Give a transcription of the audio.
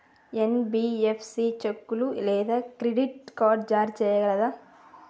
NBFC చెక్కులు లేదా credit card జారీ చేయగలదా?